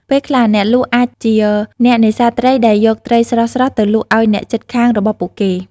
ពេលខ្លះអ្នកលក់អាចជាអ្នកនេសាទត្រីដែលយកត្រីស្រស់ៗទៅលក់ឲ្យអ្នកជិតខាងរបស់ពួកគេ។